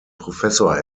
professor